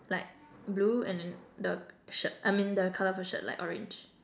like blue and then the shirt I mean the colour of her shirt like orange